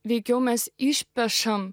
veikiau mes išpešam